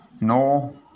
no